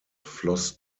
floss